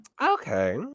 Okay